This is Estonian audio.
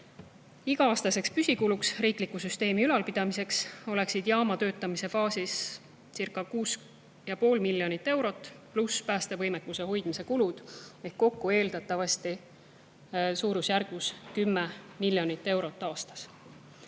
Iga-aastane püsikulu riikliku süsteemi ülalpidamisele oleks jaama töötamise faasiscirca6,5 miljonit eurot pluss päästevõimekuse hoidmise kulu ehk kokku eeldatavasti suurusjärgus 10 miljonit eurot aastas.